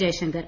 Jaishankar